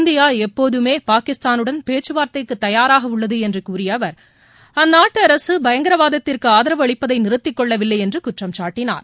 இந்தியாளப்போதுமேபாகிஸ்தானுடன் பேச்சுவார்த்தைக்குதயாராகஉள்ளதுஎன்றுகூறியஅவர் அந்நாட்டுஅரசுபயங்கரவாதத்திற்குஆதரவு அளிப்பதைநிறுத்திகொள்ளவில்லைள்ன்றுகுற்றம் சாட்டினார்